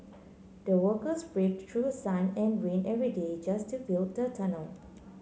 the workers braved through sun and rain every day just to build the tunnel